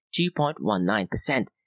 2.19%